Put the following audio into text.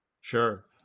Sure